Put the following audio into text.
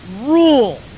rule